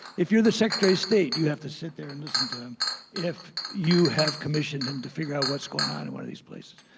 if you're the secretary of state, you have to sit there and listen to him if you have commissioned him to figure out what's going on in one of these places,